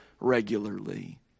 regularly